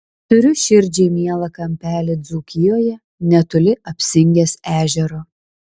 turiu širdžiai mielą kampelį dzūkijoje netoli apsingės ežero